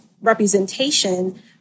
representation